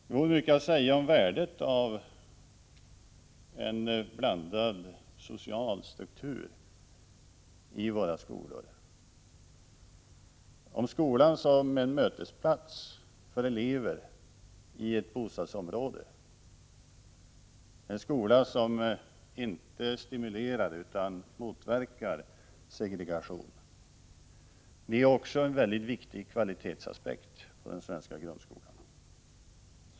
Det vore mycket att säga om värdet av en blandad social struktur i våra skolor, om skolan som en mötesplats för elever i ett bostadsområde, om en skola som inte stimulerar utan motverkar segregation. Det är också en viktig kvalitetsaspekt på den svenska grundskolan.